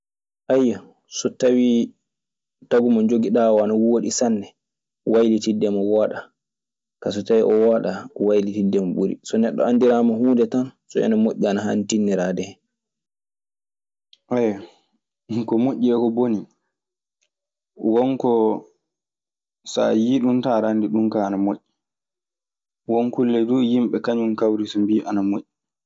so tawi tagu mojogiɗa o ana woɗi sanne waylitinde mo waɗa. Ka so tawi woɗa waylitide ɓuri soneɗon anditirama hunde tam. So henɗe moji ana hani tiniɗorade hen. Aywa ko moƴƴi e boni. won ko sa yiyi ɗum tan a anndi ɗum ka ana moƴƴi. Won kulle du yimɓe kañum kawri mbiy ana moƴƴi.